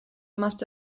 must